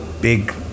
big